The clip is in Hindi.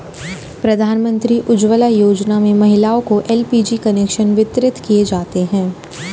प्रधानमंत्री उज्ज्वला योजना में महिलाओं को एल.पी.जी कनेक्शन वितरित किये जाते है